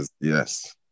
Yes